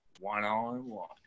one-on-one